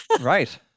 Right